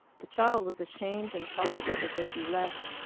the child was ashamed, and talked about the baby less.